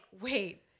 Wait